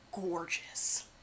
gorgeous